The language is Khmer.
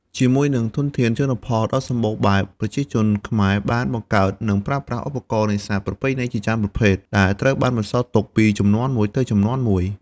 ជាមួយនឹងធនធានជលផលដ៏សម្បូរបែប ប្រជាជនខ្មែរបានបង្កើត និងប្រើប្រាស់ឧបករណ៍នេសាទប្រពៃណីជាច្រើនប្រភេទ ដែលត្រូវបានបន្សល់ទុកពីជំនាន់មួយទៅជំនាន់មួយ។